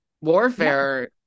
warfare